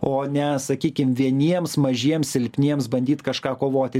o ne sakykim vieniems mažiems silpniems bandyti kažką kovoti